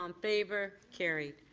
um favor? carried.